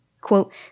Quote